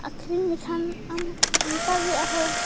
ᱟᱹᱠᱷᱨᱤᱧ ᱞᱮᱠᱷᱟᱱ ᱟᱢ ᱚᱱᱠᱟᱜᱮ ᱟᱨᱦᱚᱸ